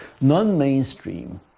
non-mainstream